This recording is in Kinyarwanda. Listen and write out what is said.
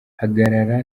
hagarara